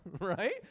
right